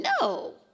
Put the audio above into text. No